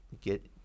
get